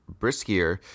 briskier